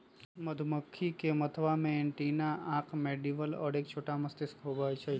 मधुमक्खी के मथवा में एंटीना आंख मैंडीबल और एक छोटा मस्तिष्क होबा हई